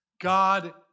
God